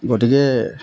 গতিকে